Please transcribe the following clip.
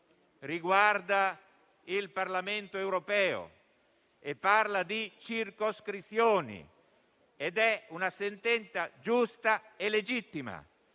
riguarda il Parlamento europeo e parla di circoscrizioni. È una sentenza giusta e legittima,